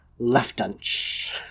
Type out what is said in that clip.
Leftunch